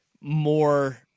more